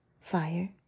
fire